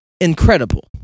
incredible